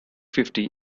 fifty